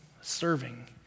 serving